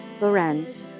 Lorenz